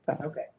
Okay